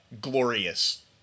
glorious